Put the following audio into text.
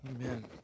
Amen